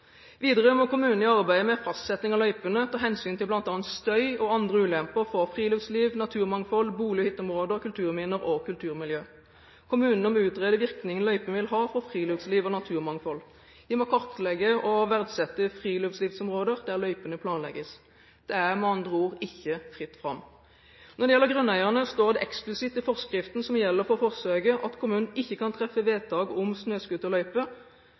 Videre må kommunene i arbeidet med fastsetting av løypene ta hensyn til bl.a. støy og andre ulemper for friluftsliv, naturmangfold, bolig- og hytteområder, kulturminner og kulturmiljø. Kommunene må utrede virkningene løypene vil ha for friluftsliv og naturmangfold. De må kartlegge og verdsette friluftslivsområder der løypene planlegges. Det er med andre ord ikke fritt fram. Når det gjelder grunneierne, står det eksplisitt i forskriften som gjelder for forsøket: «Kommunene kan ikke treffe endelig vedtak om snøscooterløype før private og